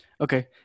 Okay